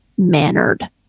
mannered